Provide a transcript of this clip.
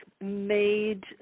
made